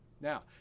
Now